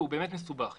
הוא באמת מסובך יחסית.